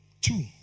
Two